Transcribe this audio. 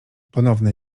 ponowne